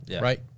Right